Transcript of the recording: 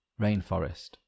Rainforest